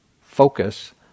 focus